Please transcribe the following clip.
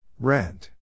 Rent